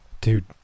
Dude